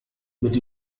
mit